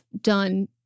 done